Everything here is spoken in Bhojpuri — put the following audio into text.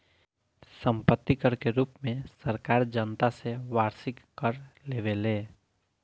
सम्पत्ति कर के रूप में सरकार जनता से वार्षिक कर लेवेले